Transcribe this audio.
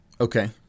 Okay